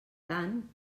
tant